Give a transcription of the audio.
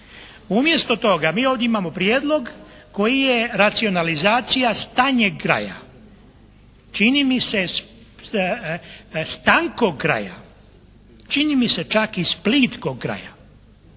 Umjesto toga mi ovdje imamo prijedlog koji je racionalizacija s tanjeg kraja. Čini mi se s tankog kraja. Čini mi se čak i s plitkog kraja.